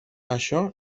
això